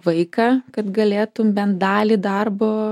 vaiką kad galėtum bent dalį darbo